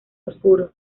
oscuro